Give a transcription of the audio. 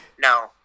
no